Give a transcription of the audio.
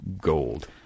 gold